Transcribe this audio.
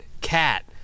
Cat